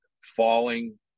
falling